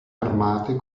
armate